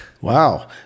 Wow